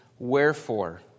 Wherefore